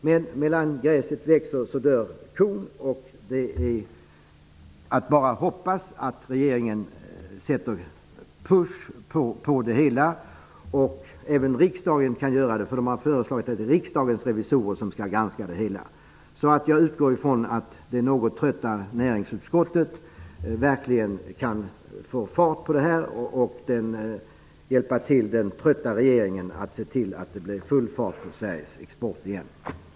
Men medan gräset växer dör kon. Det är bara att hoppas att regeringen sätter ''push'' på det hela. Även riksdagen kan göra det. Det har ju föreslagits att Riksdagens revisorer skall granska det hela. Jag utgår ifrån att det något trötta näringsutskottet verkligen kan hjälpa den trötta regeringen att se till att det blir full fart på Sveriges export igen.